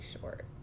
short